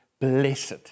blessed